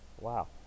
Wow